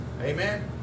Amen